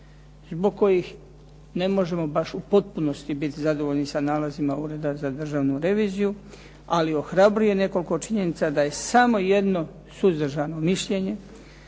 zbog kojih ne možemo baš u potpunosti biti zadovoljni s nalazima Ureda za državnu reviziju, ali ohrabruje nekoliko činjenica da je samo jedno suzdržano mišljenje,